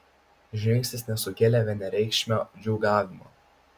žingsnis nesukėlė vienareikšmio džiūgavimo